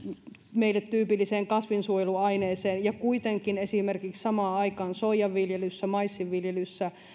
meille tyypilliseen kasvinsuojeluaineeseen ja kuitenkin esimerkiksi samaan aikaan soijanviljelyssä tai maissinviljelyssä